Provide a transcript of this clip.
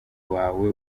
wawe